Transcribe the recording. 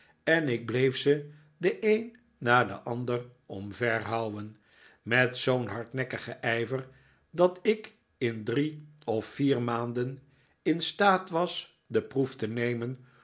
en ik bleef ze den een na den ander omverhouwen met zoo'n hardnekkigen ijver dat ik in drie of vier maanden in staat was de proef te nemen